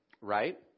right